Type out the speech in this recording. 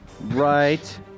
Right